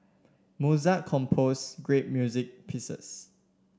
Mozart compose great music pieces